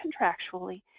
contractually